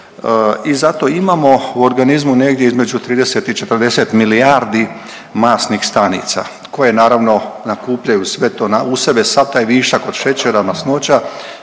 i zato imamo u organizmu negdje između 30 i 40 milijardi masnih stanica koje naravno nakupljaju sve to u sebe, sav taj višak od šećera, masnoća,